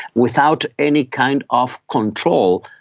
without any kind of control,